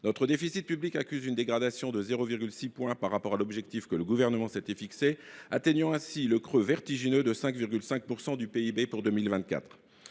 notre déficit public accuse une dégradation de 0,6 point par rapport à l’objectif que le Gouvernement s’était fixé, atteignant ainsi le creux vertigineux de 5,5 % du PIB pour 2024.